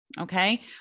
Okay